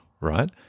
right